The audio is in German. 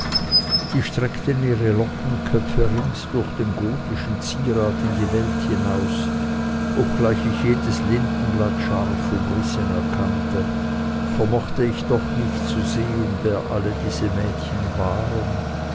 die streckten ihre lockenköpfe rings durch den gotischen zierat in die welt hinaus obgleich ich jedes lindenblatt scharf umrissen erkannte vermochte ich doch nicht zu sehen wer alle diese mädchen waren